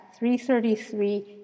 333